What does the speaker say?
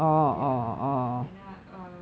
ya ஏனா:yaenaa uh